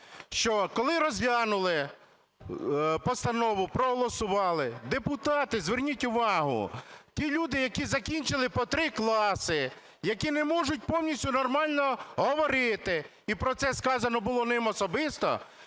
що, коли розглянули постанову, проголосували депутати, зверніть увагу, ті люди, які закінчили по 3 класи, які не можуть повністю нормально говорити, і про це сказано було ним особисто,